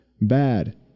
bad